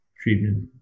treatment